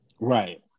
right